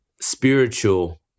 spiritual